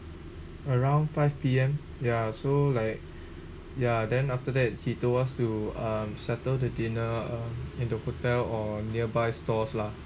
around five P_M ya so like ya then after that he told us to um settle the dinner uh in the hotel or nearby stores lah